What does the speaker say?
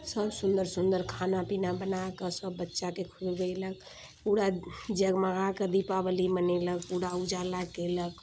सब सुन्दर सुन्दर खाना पीना बनाके सब बच्चाके खुएबेलक पूरा जगमगाके दीपावली मनेलक पूरा उजाला केलक